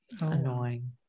annoying